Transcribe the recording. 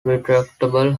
retractable